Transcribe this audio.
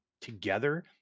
together